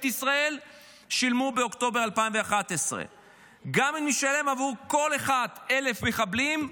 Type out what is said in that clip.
ישראל שילמו באוקטובר 2011. גם אם נשלם עבור כל אחד 1,000 מחבלים,